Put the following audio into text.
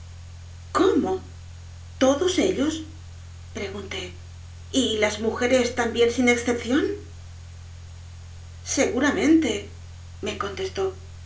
cómo todos ellos preguntó y las mujeres también sin excepción seguramente m e contestó